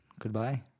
Goodbye